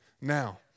now